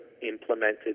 implemented